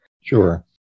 Sure